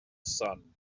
sun